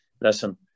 listen